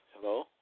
Hello